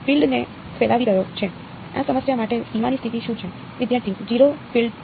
વિદ્યાર્થી 0 ફીલ્ડ કે